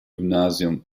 gymnasium